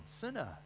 sinner